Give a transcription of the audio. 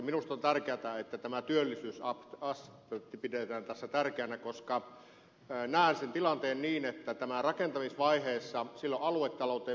minusta on tärkeätä että tämä työllisyysaspekti pidetään tässä tärkeänä koska näen sen tilanteen niin että ydinvoiman rakentamisvaiheella on aluetalouteen merkittävä vaikutus